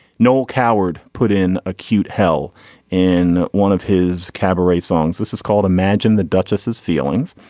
noel coward put in a cute hell in one of his cabaret songs. this is called imagine the duchess's feelings.